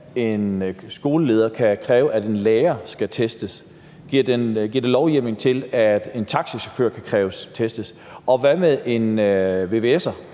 en skoleleder kan kræve, at en lærer skal testes? Gives der lovhjemmel til, at en taxachauffør kan kræves testet? Og hvad med en vvs'er,